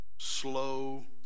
slow